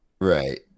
right